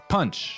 Punch